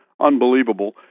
unbelievable